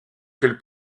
qu’elle